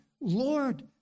Lord